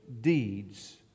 deeds